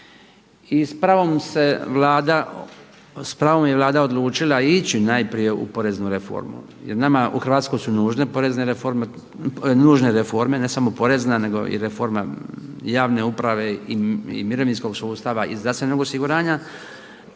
s pravom je Vlada odlučila ići najprije u poreznu reformu. Jer nama u Hrvatskoj su nužne porezne reforme, nužne reforme ne samo porezna, nego i reforma javne uprave i mirovinskog sustava i zdravstvenog osiguranja,